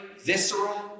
visceral